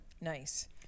Nice